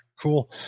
cool